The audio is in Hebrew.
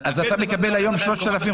אז אתה מקבל היום 3,520?